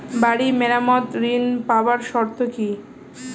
বাড়ি মেরামত ঋন পাবার শর্ত কি?